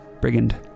Brigand